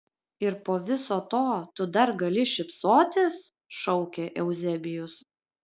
ir po viso to tu dar gali šypsotis šaukė euzebijus